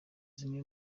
zimwe